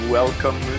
welcome